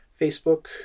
Facebook